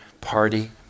party